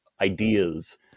ideas